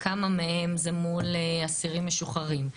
כמה מהם זה מול אסירים משוחררים,